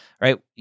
right